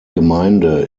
gemeinde